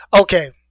Okay